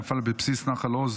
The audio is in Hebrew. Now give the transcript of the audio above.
נפל בבסיס נחל עוז